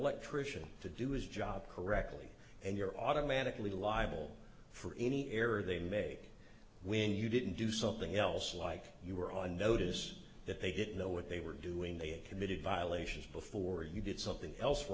electrician to do his job correctly and you're automatically liable for any error they may when you didn't do something else like you were on notice that they didn't know what they were doing they had committed violations before you did something else